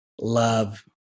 love